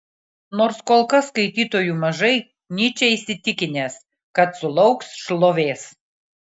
nors kol kas skaitytojų mažai nyčė įsitikinęs kad sulauks šlovės